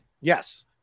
Yes